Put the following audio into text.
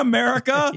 America